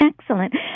Excellent